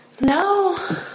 No